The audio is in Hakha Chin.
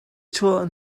chuah